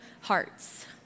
hearts